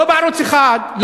לא בערוץ 1,